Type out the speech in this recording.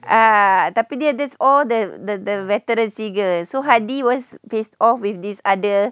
ah tapi dia ada all the the veteran singer so hady was face off with this other